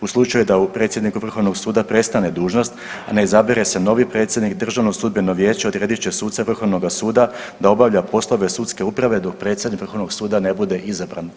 U slučaju da predsjedniku Vrhovnoga suda prestane dužnost, a ne izabere se novi predsjednik Državno sudbeno vijeće odredit će suce Vrhovnoga suda da obavlja poslove sudske uprave dok predsjednik Vrhovnog suda ne bude izabran.